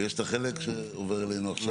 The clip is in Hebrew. ויש את החלק שעובר אלינו עכשיו.